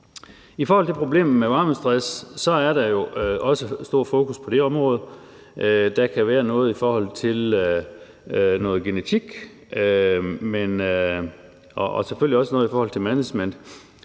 I forhold til problemet med varmestress er der jo også stort fokus på det område. Der kan være noget i forhold til genetik og selvfølgelig også noget i forhold til management.